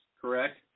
correct